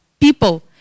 people